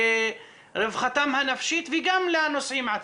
לרווחתם הנפשית וגם לנוסעים עצמם.